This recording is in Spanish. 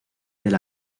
del